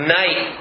night